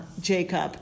Jacob